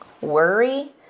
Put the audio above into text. worry